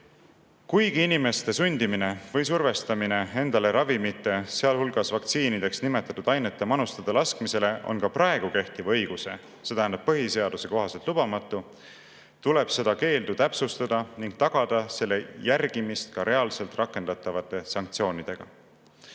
küll. Kuigi inimeste sundimine või survestamine endale ravimite, sealhulgas vaktsiinideks nimetatud ainete manustada laskmisele on ka praegu kehtiva õiguse, see tähendab põhiseaduse kohaselt lubamatu, tuleb seda keeldu täpsustada ning tagada selle järgimine ka reaalselt rakendatavate sanktsioonidega. See